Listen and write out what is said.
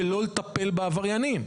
ולא לטפל בעבריינים.